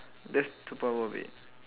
that's super worth it